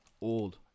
Old